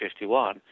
51